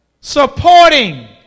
Supporting